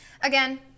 again